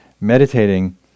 meditating